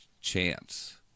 chance